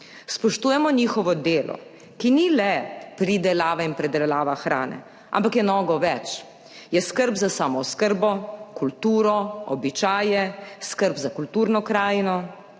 Spoštujemo njihovo delo, ki ni le pridelava in predelava hrane, ampak je mnogo več. Je skrb za samooskrbo, kulturo, običaje, skrb za kulturno krajino.